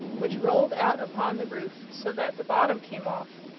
which rolled out upon the roof so that the bottom came off.